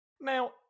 Now